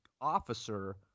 officer